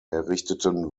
errichteten